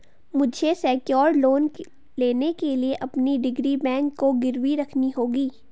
मुझे secured loan लेने के लिए अपनी डिग्री बैंक को गिरवी रखनी होगी